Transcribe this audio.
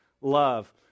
love